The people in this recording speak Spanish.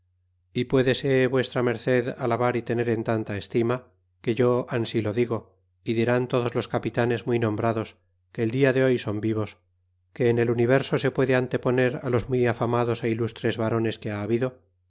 y puedese v merced alabar y tener en tanta estima que yo ansi lo digo y dirán todos los capitanes muy nombrados que el dia de hoy son vivos que en el universo se puede anteponer los muy afamados é ilustres varones que ha habido